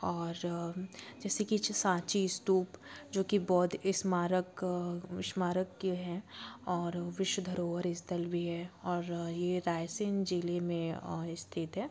और जैसे कि जो सांची स्तूप जो कि बौद्ध स्मारक स्मारक हैं और विश्व धरोहर स्थल भी है और ये रायसेन ज़िले में स्थित है